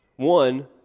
One